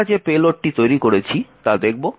আমরা যে পেলোডটি তৈরি করেছি তা দেখব